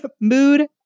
Mood